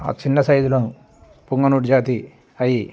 ఆ చిన్న సైజులో పొంగనూరు జాతి అయ్యి